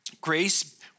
Grace